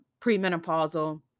premenopausal